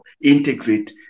integrate